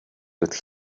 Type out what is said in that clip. with